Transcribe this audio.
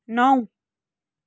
नौ